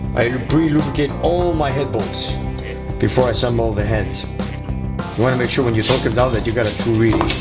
i pre-lubricate all my head bolts before i assemble the heads. you wanna make sure when you torque them down that you get a true reading.